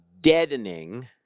deadening